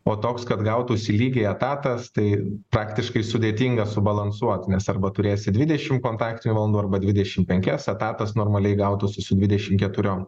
o toks kad gautųsi lygiai etatas tai praktiškai sudėtinga subalansuot nes arba turėsi dvidešim kontaktinių valandų arba dvidešim penkias etatas normaliai gautųsi su dvidešim keturiom